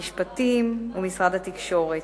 משרד המשפטים ומשרד התקשורת,